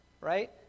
right